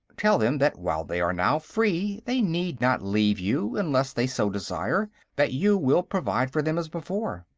tell them that while they are now free, they need not leave you unless they so desire that you will provide for them as before.